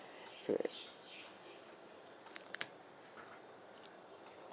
correct